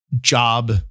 job